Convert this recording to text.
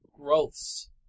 growths